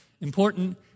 important